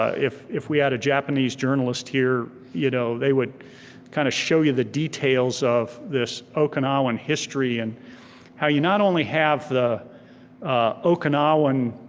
if if we had a japanese journalist here, you know they would kind of show you the details of this okinawan okinawan history and how you not only have the okinawan